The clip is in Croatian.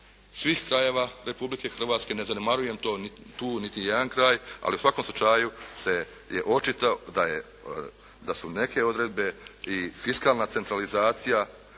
svih krajeva Republike Hrvatske, ne zanemarujem tu niti jedan kraj, ali u svakom slučaju je očito da su neke odredbe i fiskalna centralizacija